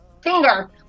finger